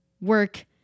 work